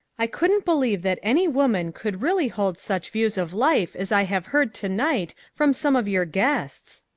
i couldn't believe that any women could really hold such views of life as i have heard to-night from some of your guests.